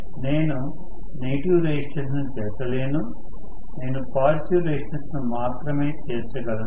నేను negative resistance ను చేర్చలేను నేను పాజిటివ్ రెసిస్టెన్స్ ను మాత్రమే చేర్చగలను